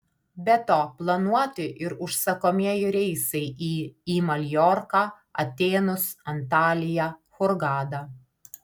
be to planuoti ir užsakomieji reisai į į maljorką atėnus antaliją hurgadą